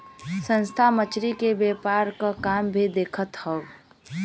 संस्था मछरी के व्यापार क काम भी देखत हौ